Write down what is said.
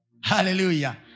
Hallelujah